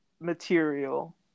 material